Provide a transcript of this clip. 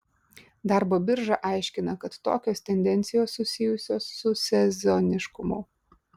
darbo birža aiškina kad tokios tendencijos susijusios su sezoniškumu